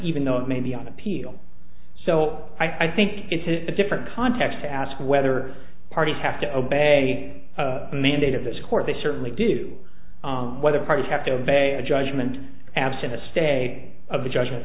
even though it may be on appeal so i think it's a different context to ask whether parties have to obey the mandate of this court they certainly do whether parties have to obey a judgement absent a stay of the judgement